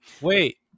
Wait